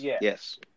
Yes